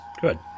good